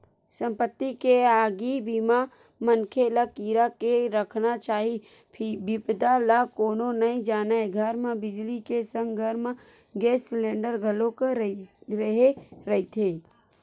संपत्ति के आगी बीमा मनखे ल करा के रखना चाही बिपदा ल कोनो नइ जानय घर म बिजली के संग घर म गेस सिलेंडर घलोक रेहे रहिथे